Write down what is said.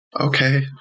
Okay